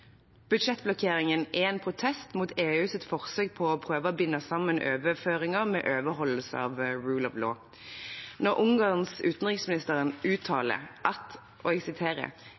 Budsjettblokkeringen er en protest mot EUs forsøk på å prøve å binde sammen overføringer med overholdelse av «rule of law». Når Ungarns utenriksminister uttaler at